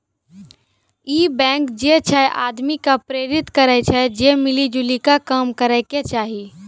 इ बैंक जे छे आदमी के प्रेरित करै छै जे मिली जुली के काम करै के चाहि